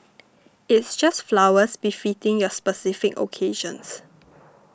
it's just flowers befitting your specific occasions